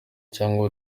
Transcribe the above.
cyangwa